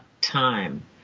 time